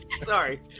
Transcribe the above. Sorry